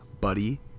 buddy